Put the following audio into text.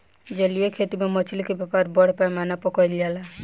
जलीय खेती में मछली के व्यापार बड़ पैमाना पर कईल जाला